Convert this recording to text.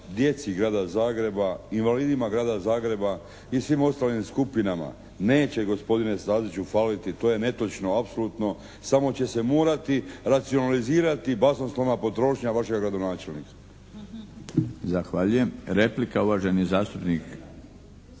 djeci grada Zagreba, invalidima grada Zagreba i svim ostalim skupinama. Neće gospodine Staziću faliti. To je netočno apsolutno. Samo će se morati racionalizirati basnoslovna potrošnja vašeg gradonačelnika.